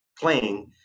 playing